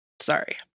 sorry